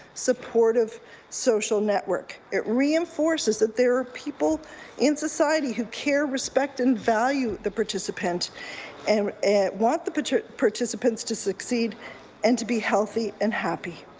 supportive social network. it reinforces there are people in society who care, respect and value the participant and and want the but yeah participants to succeed and to be healthy and happy.